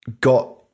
got